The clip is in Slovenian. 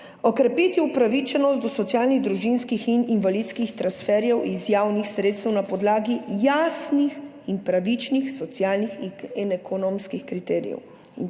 Okrepiti upravičenost do socialnih, družinskih in invalidskih transferjev iz javnih sredstev na podlagi jasnih in pravičnih socialnih in ekonomskih kriterijev.